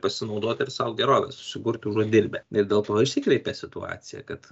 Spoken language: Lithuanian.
pasinaudoti ir sau gerovę susikurt užuot dirbę ir dėl to išsikreipia situacija kad